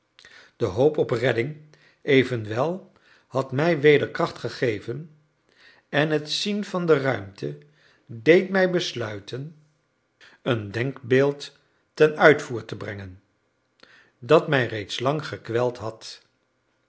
de hoop op redding evenwel had mij weder kracht gegeven en het zien van de ruimte deed mij besluiten een denkbeeld ten uitvoer te brengen dat mij reeds lang gekweld had